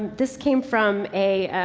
this came from a, a,